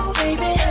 baby